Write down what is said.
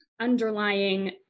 underlying